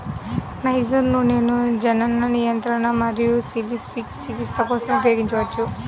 niger నూనెను జనన నియంత్రణ మరియు సిఫిలిస్ చికిత్స కోసం ఉపయోగించవచ్చు